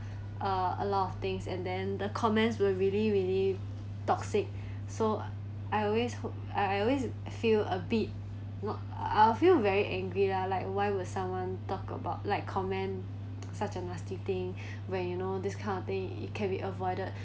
uh a lot of things and then the comments were really really toxic so I always hope I always feel a bit not I'll feel very angry lah like why would someone talk about like comment such a nasty thing when you know this kind of thing it can be avoided